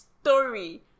story